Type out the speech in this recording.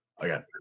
again